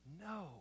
no